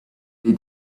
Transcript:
they